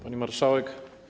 Pani Marszałek!